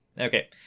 Okay